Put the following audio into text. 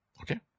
Okay